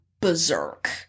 berserk